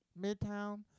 midtown